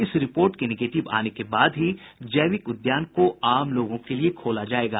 इस रिपोर्ट के निगेटिव आने के बाद ही जैविक उद्यान को आम लोगों के लिये खोला जायेगा